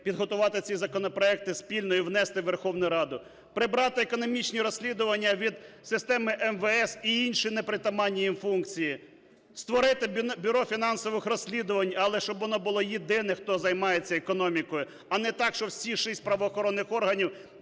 підготувати ці законопроекти спільно і внести в Верховну Раду, прибрати економічні розслідування від системи МВС і інші непритаманні їй функції, створити Бюро фінансових розслідувань, але щоб воно було єдине, хто займається економікою, а не так, що всі шість правоохоронних органів